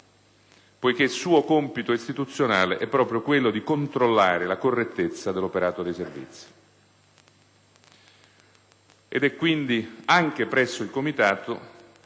poiché suo compito istituzionale è proprio quello di controllare la correttezza dell'operato dei Servizi ed è quindi anche presso il Comitato